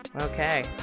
Okay